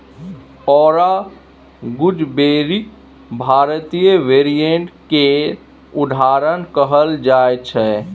औरा गुजबेरीक भारतीय वेरिएंट केर उदाहरण कहल जाइ छै